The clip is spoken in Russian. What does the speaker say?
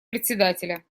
председателя